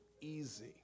easy